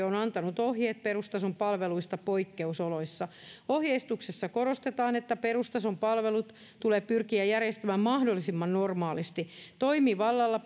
on antanut ohjeet perustason palveluista poikkeusoloissa ohjeistuksessa korostetaan että perustason palvelut tulee pyrkiä järjestämään mahdollisimman normaalisti toimivalla